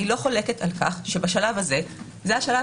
אני לא חולקת על כך שבשלב הזה זה השלב